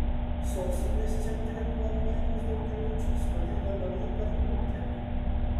sostinės centre planuojamus daugiabučius vadina nauju perkūnkiemiu